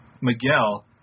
Miguel